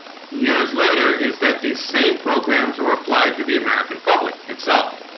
years later is that these same programs are applied to the american public itself